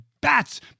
bats